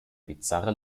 bizarre